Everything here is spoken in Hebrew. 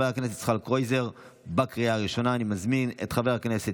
התקבלה בקריאה השנייה והשלישית,